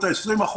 ה-20%,